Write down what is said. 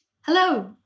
Hello